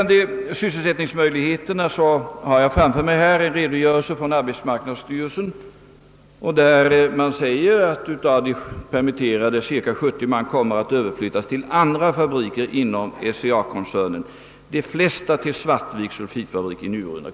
terna har jag framför mig en redogörelse från = arbetsmarknadsstyrelsen, vari redovisas att cirka 70 av de permitterade kommer att flyttas över till andra fabriker inom SCA-koncernen — de flesta till Svartviks sulfitfabrik i Njurunda.